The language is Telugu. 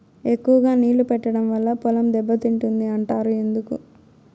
ఎక్కువగా నీళ్లు పెట్టడం వల్ల పొలం దెబ్బతింటుంది అంటారు ఎందుకు?